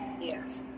Yes